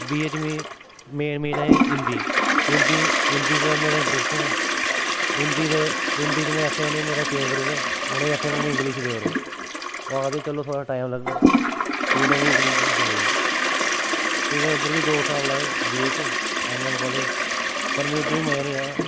BA च मी मिले मिले हिंदी हिंदी दा मेरा इंट्र्सट नेईं हा हिंदी दे हिन्दी च में आखेआ उ'नेंगी मेरा चेंज करी ओड़ी उ'नेंई आखेआ मी इंग्लिश देई ओड़ो ओह् आखदे चलो थोह्ड़ा टाईम लग्गग फ्ही उ'नें मी इंग्लिश देई ओड़ी फ्ही में उद्धर बी दो साल लाए बीए च एमएएम कालेज पर मी उद्धर बी मजा नी आया